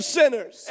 sinners